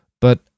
but